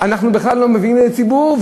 אנחנו בכלל לא מביאים את זה לציבור,